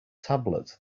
tablet